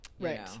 right